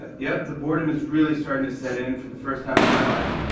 ah yep, the boredom is really starting to set in. for the first time in my life,